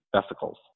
vesicles